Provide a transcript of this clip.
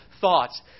thoughts